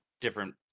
different